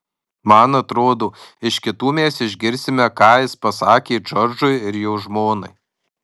man atrodo iš kitų mes išgirsime ką jis pasakė džordžui ir jo žmonai